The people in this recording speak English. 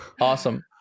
Awesome